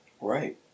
Right